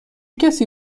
کسی